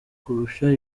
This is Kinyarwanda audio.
kurusha